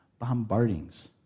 bombardings